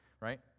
right